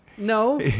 No